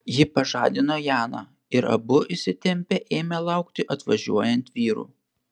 ji pažadino janą ir abu įsitempę ėmė laukti atvažiuojant vyrų